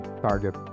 target